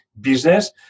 business